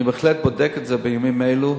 אני בהחלט בודק את זה בימים אלו,